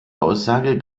aussage